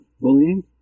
Bullying